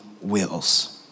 wills